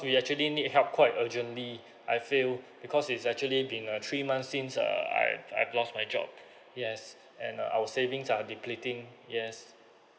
we actually need help quite urgently I feel because it's actually been uh three months since uh I I've lost my job yes and uh our savings are depleting yes